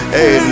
Hey